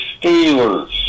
Steelers